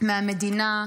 מהמדינה.